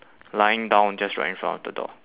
lying down just right in front of the door